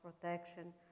protection